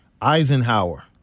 Eisenhower